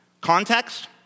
Context